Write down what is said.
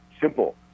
Simple